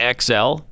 xl